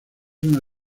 una